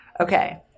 Okay